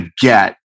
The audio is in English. get